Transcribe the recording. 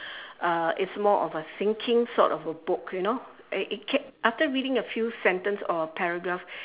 uh it's more of a thinking sort of a book you know a it kept after reading a few sentence or a paragraph